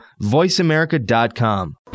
voiceamerica.com